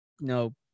No